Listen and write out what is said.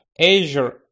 Azure